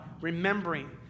remembering